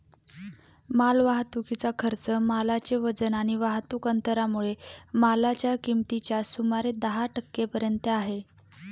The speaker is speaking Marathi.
माल वाहतुकीचा खर्च मालाचे वजन आणि वाहतुक अंतरामुळे मालाच्या किमतीच्या सुमारे दहा टक्के पर्यंत आहे